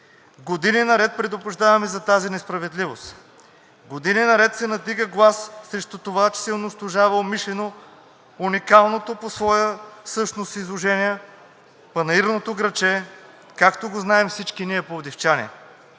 Години наред предупреждаваме за тази несправедливост. Години наред се надига глас срещу това, че се унищожава умишлено уникалното по своя същност изложение – панаирното градче, както го знаем всички ние пловдивчани.